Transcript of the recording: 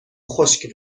خشک